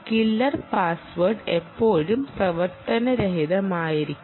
killer password എപ്പോഴും പ്രവർത്തനരഹിതമായിരിക്കും